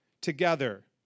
together